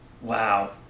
Wow